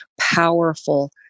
powerful